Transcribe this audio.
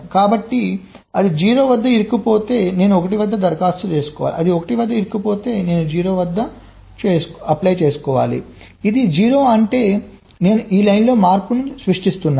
కాబట్టి అది 0 వద్ద ఇరుక్కుపోతే నేను 1 ను దరఖాస్తు చేసుకోవాలి అది 1 వద్ద ఇరుక్కుపోతే నేను 0 ను దరఖాస్తు చేయాలి ఇది 0 అంటే నేను ఈ లైన్లో మార్పును సృష్టిస్తున్నాను